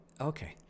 okay